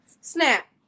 Snap